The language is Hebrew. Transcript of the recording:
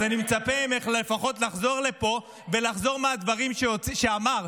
אז אני מצפה ממך לפחות לחזור לפה ולחזור מהדברים שאמרת.